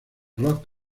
rock